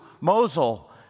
Mosul